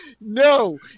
No